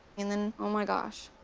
and then, oh, my gosh,